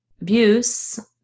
abuse